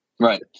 Right